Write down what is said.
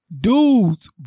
Dudes